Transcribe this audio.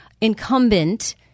incumbent